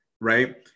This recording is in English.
Right